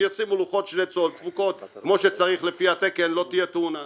כשישימו לוחות שני צול דפוקות כמו שצריך לפי התקן לא תהיה תאונה.